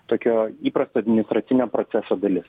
tokio įprasto administracinio proceso dalis